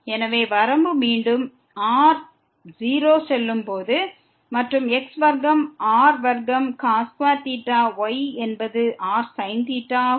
எனவே வரம்பு மீண்டும் r 0 செல்லும்போது மற்றும் x வர்க்கம் r வர்க்கம் cos2 y என்பது rsin ஆகும்